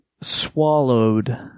swallowed